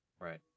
Right